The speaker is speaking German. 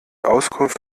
auskunft